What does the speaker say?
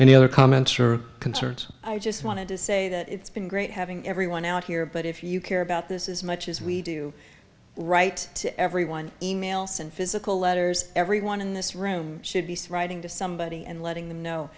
any other comments or concert i just wanted to say that it's been great having everyone out here but if you care about this is much as we do right to everyone e mails and physical letters everyone in this room should be striving to somebody and letting them know